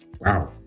wow